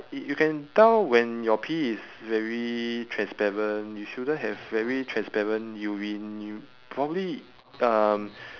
y~ you can tell when your pee is very transparent you shouldn't have very transparent urine you probably um